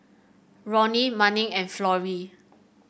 Roni Manning and Florrie